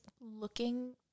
looking